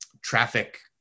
traffic